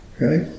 right